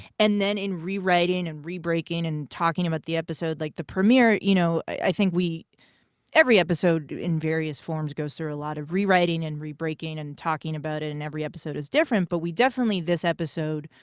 and then in rewriting and re-breaking and talking about the episode, like the premiere, you know, i think we every episode in various forms goes through a lot of rewriting and re-breaking and talking about it, and every episode is different. but we definitely this episode,